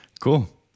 cool